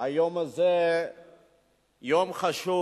היום הזה הוא יום חשוב